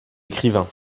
écrivain